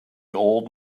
old